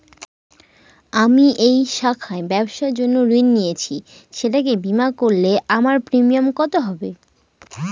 আমি এই শাখায় ব্যবসার জন্য ঋণ নিয়েছি সেটাকে বিমা করলে আমার প্রিমিয়াম কত হবে?